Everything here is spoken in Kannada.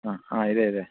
ಹಾಂ ಹಾಂ ಇದೆ ಇದೆ